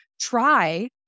try